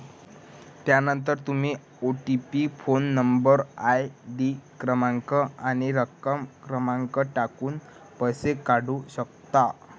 त्यानंतर तुम्ही OTP phone number, ID क्रमांक आणि रक्कम क्रमांक टाकून पैसे काढू शकता